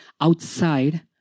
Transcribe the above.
outside